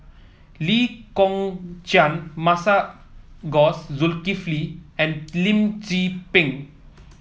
Lee Kong Chian Masagos Zulkifli and Lim Tze Peng